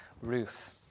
Ruth